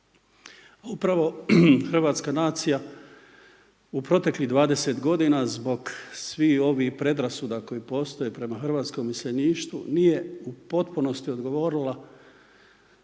Upravo hrvatska nacija u proteklih 20 godina zbog svih ovih predrasuda koje postoje prema hrvatskom iseljeništvu nije u potpunosti odgovorila